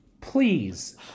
please